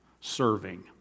serving